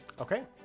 okay